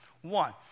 One